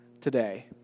today